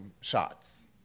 shots